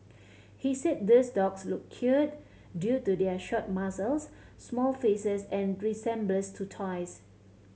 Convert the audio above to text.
he said these dogs look cute due to their short muzzles small faces and resemblance to toys